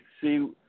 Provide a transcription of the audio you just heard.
see